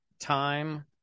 Time